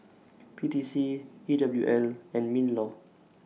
P T C E W L and MINLAW